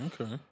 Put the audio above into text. Okay